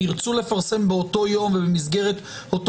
ירצו לפרסם באותו יום ובמסגרת אותו